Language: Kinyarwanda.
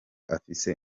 afise